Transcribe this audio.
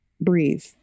breathe